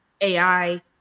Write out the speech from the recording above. AI